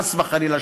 חס וחלילה,